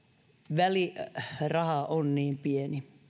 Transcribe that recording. välinen raha on niin pieni